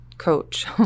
coach